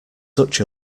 such